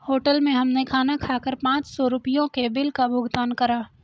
hotel में हमने खाना खाकर पाँच सौ रुपयों के बिल का भुगतान करा